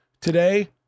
today